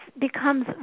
becomes